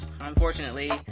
unfortunately